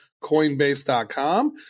coinbase.com